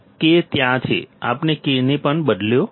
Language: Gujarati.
K ત્યાં છે આપણે K ને પણ બદલ્યો છે